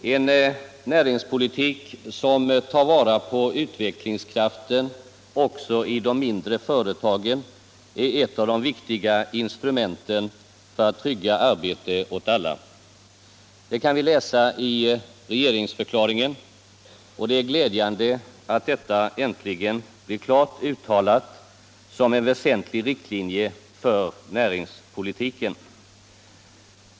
Herr talman! En näringspolitik, som tar vara på utvecklingskraften också i de mindre företagen, är ett av de viktiga instrumenten för att trygga arbete åt alla. Det kan vi läsa i regeringsförklaringen, och det är glädjande att detta äntligen blir klart uttalat som en väsentlig riktlinje för näringspolitiken.